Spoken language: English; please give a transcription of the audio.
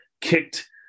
kicked